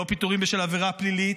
לא פיטורים בשל עבירה פלילית,